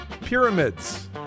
Pyramids